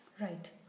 Right